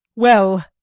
well,